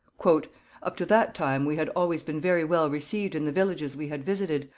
up to that time we had always been very well received in the villages we had visited,